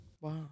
Wow